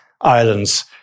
islands